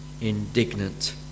indignant